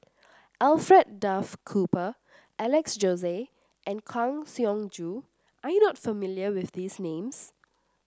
Alfred Duff Cooper Alex Josey and Kang Siong Joo are you not familiar with these names